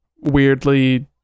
weirdly